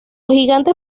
gigantes